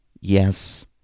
yes